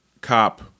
cop